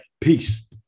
Peace